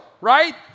right